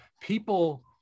People